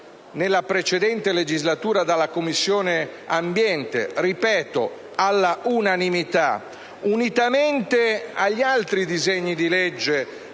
nella precedente legislatura dalla Commissione ambiente - sottolineo all'unanimità - unitamente agli altri disegni di legge